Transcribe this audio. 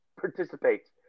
participates